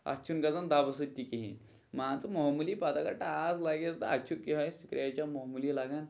اَتھ چھِنہٕ گژھان دَبہٕ سۭتۍ تہِ کِہیٖنۍ مان ژٕ معموٗلی پَتہٕ اگر ٹاس لَگٮ۪س تہٕ اَتہِ چھُ یِہٕے سکرٛیچہ یہے معموٗلی لَگان